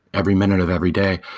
every minute of every day.